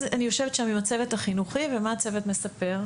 אני יושבת שם עם הצוות החינוכי ומה הצוות מספר?